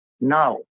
now